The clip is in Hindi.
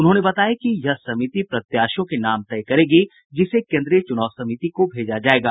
उन्होंने बताया कि यह समिति प्रत्याशियों के नाम तय करेगी जिसे केन्द्रीय चुनाव समिति को भेजा जायेगा